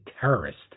terrorist